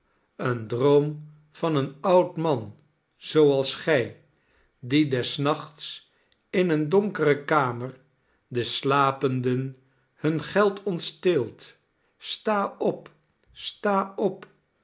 een droom van een oud man zooals gij die des nachts in eene donkere kamer de slapenden hun geld ontsteelt sta op sta op